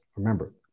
Remember